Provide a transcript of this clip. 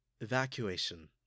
Evacuation